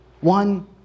one